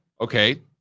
Okay